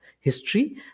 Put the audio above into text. history